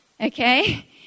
okay